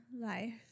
life